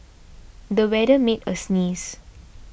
the weather made a sneeze